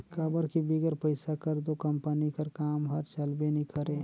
काबर कि बिगर पइसा कर दो कंपनी कर काम हर चलबे नी करे